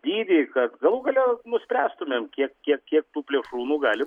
dydį kad galų gale nuspręstumėm kiek kiek kiek tų plėšrūnų gali